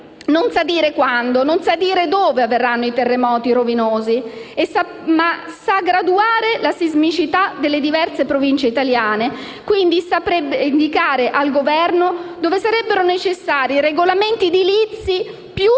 non sa dire quando, ma sa dire dove avverranno terremoti rovinosi e sa pure graduare la sismicità delle diverse province italiane, quindi saprebbe indicare al Governo dove sarebbero necessari regolamenti edilizi più